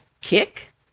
kick